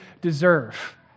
deserve